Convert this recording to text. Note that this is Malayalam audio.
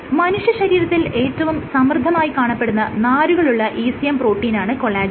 മനുഷ്യശരീരത്തിൽ ഏറ്റവും സമൃദ്ധമായി കാണപ്പെടുന്ന നാരുകളുള്ള ECM പ്രോട്ടീനാണ് കൊളാജെൻ